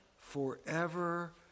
forever